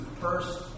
First